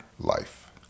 life